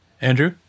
Andrew